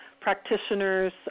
practitioners